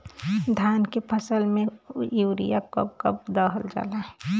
धान के फसल में यूरिया कब कब दहल जाला?